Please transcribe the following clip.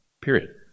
period